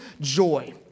joy